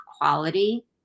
quality